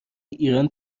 ایران